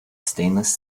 stainless